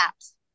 apps